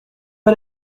pas